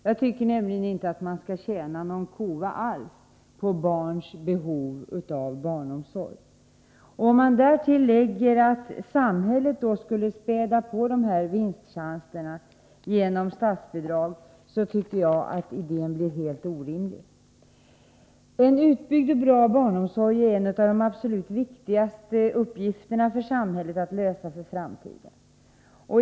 Jag tycker nämligen inte att man skall tjäna någon kova alls på barns behov av barnomsorg. Om man därtill lägger att samhället skulle späda på dessa vinstchanser genom statsbidrag, tycker jag att idén blir helt orimlig. En utbyggd och bra barnomsorg är en av de absolut viktigaste uppgifterna för samhället att lösa för framtiden.